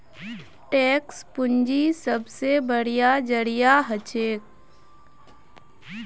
tax पूंजीर सबसे बढ़िया जरिया हछेक